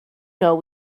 know